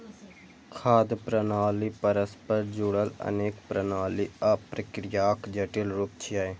खाद्य प्रणाली परस्पर जुड़ल अनेक प्रणाली आ प्रक्रियाक जटिल रूप छियै